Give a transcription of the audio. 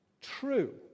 true